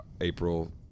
April